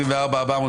רוויזיה מס' 13,